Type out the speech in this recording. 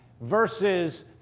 versus